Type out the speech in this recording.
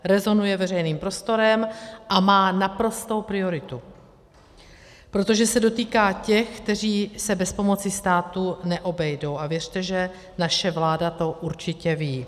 Rezonuje veřejným prostorem a má naprostou prioritu, protože se dotýká těch, kteří se bez pomoci státu neobejdou, a věřte, že naše vláda to určitě ví.